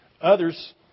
Others